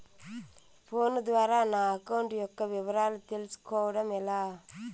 Phone ద్వారా నా account యొక్క వివరాలు తెలుస్కోవడం ఎలా?